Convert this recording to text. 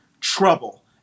trouble